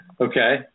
Okay